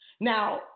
Now